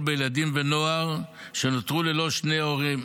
בילדים ונוער שנותרו ללא שני הורים,